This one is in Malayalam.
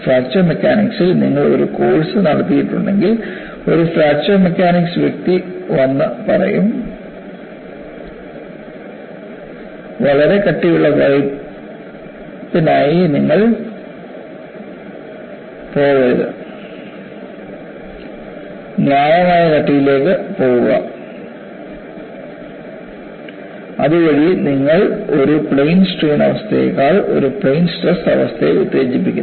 ഫ്രാക്ചർ മെക്കാനിക്സിൽ നിങ്ങൾ ഒരു കോഴ്സ് നടത്തിയിട്ടുണ്ടെങ്കിൽ ഒരു ഫ്രാക്ചർ മെക്കാനിക്സ് വ്യക്തി വന്ന് പറയും വളരെ കട്ടിയുള്ള പൈപ്പിനായി നിങ്ങൾ പോകരുത് ന്യായമായ കട്ടിയിലേക്ക് പോകുക അതുവഴി നിങ്ങൾ ഒരു പ്ലെയിൻ സ്ട്രെയിൻ അവസ്ഥയേക്കാൾ ഒരു പ്ലെയിൻ സ്ട്രെസ് അവസ്ഥയെ ഉത്തേജിപ്പിക്കുന്നു